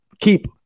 keep